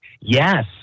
Yes